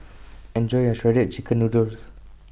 Enjoy your Shredded Chicken Noodles